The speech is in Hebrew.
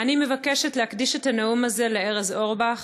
אני מבקשת להקדיש את הנאום הזה לארז אורבך.